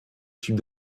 type